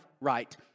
right